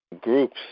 Groups